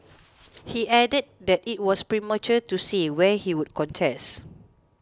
he added that it was premature to say where he would contest